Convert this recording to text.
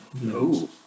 No